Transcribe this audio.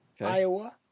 Iowa